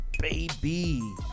baby